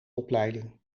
opleiding